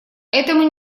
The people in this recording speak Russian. этому